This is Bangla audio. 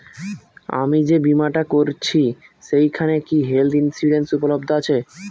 আমি যে বীমাটা করছি সেইখানে কি হেল্থ ইন্সুরেন্স উপলব্ধ আছে?